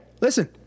listen